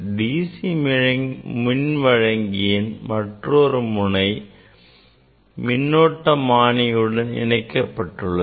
DC மின்வழங்கியின் மற்றொரு முனை மின்னழுத்தமானியுடன் இணைக்கப்பட்டுள்ளது